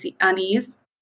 unease